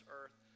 earth